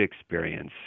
experience